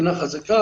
מדינה חזקה,